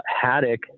haddock